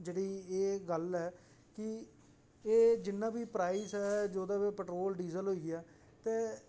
जेहड़ी एह् गल्ल है कि एह् जिन्ना बी प्राइज जेहदा बी पेट्रोल डीजल होई गेआ ते